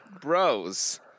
bros